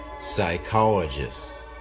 psychologists